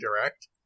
direct